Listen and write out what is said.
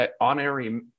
honorary